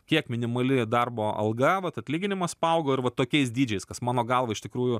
kiek minimali darbo alga vat atlyginimas paaugo ir vat tokiais dydžiais kas mano galva iš tikrųjų